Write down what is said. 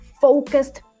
focused